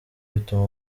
bituma